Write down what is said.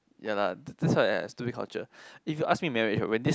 ya lah that's that's why lah stupid culture if you ask me marriage right when this